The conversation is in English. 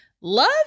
Love